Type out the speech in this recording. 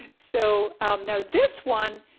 so now this one.